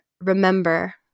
remember